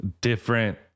Different